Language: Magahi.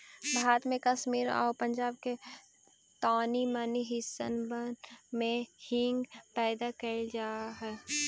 भारत में कश्मीर आउ पंजाब के तानी मनी हिस्सबन में हींग पैदा कयल जा हई